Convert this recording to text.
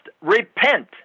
repent